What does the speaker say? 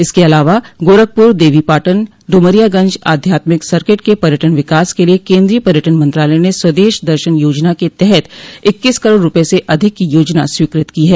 इसके अलावा गोरखपुर देवीपाटन डुमरियागंज आध्यात्मिक सर्किट के पर्यटन विकास के लिये केन्द्रीय पर्यटन मंत्रालय ने स्वदश दर्शन योजना के तहत इक्कीस करोड़ रूपये से अधिक की योजना स्वीकृत की है